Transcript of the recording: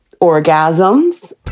Orgasms